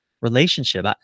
relationship